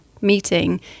meeting